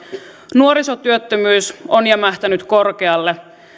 nuorisotyöttömyys on jämähtänyt korkealle